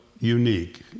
unique